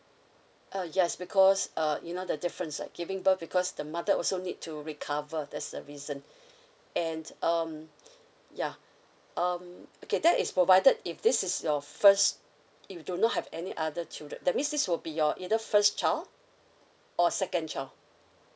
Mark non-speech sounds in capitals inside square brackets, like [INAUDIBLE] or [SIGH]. uh yes because uh you know the difference like giving birth because the mother also need to recover that's the reason [BREATH] and um yeah um okay that is provided if this is your first you do not have any other children that means this will be your either first child or second child